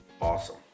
Awesome